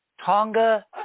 Tonga